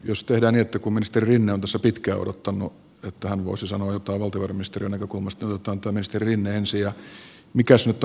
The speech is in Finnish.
jos tehdään niin että kun ministeri rinne on tässä pitkään odottanut että hän voisi sanoa jotain valtiovarainministeriön näkökulmasta niin otetaan ministeri rinne ensin